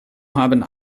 haben